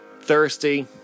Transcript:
Thirsty